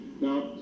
Now